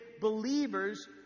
believers